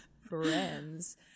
friends